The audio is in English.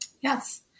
Yes